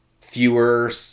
fewer